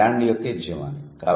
అతను 'ల్యాండ్' యొక్క యజమాని